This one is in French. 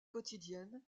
quotidienne